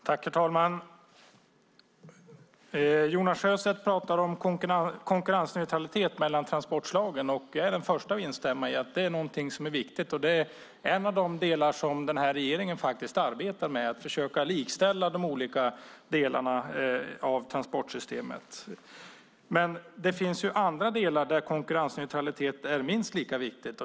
Herr talman! Jonas Sjöstedt pratar om konkurrensneutralitet mellan transportslagen. Jag är den första att instämma i att det är någonting som är viktigt, och en av de delar som regeringen faktiskt arbetar med är att försöka likställa de olika delarna av transportsystemet. Men det finns andra delar där konkurrensneutralitet är minst lika viktigt.